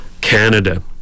Canada